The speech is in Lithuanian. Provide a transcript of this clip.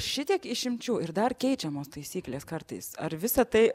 šitiek išimčių ir dar keičiamos taisyklės kartais ar visa tai